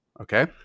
okay